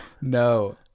No